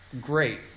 Great